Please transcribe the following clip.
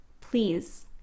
please